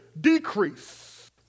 decrease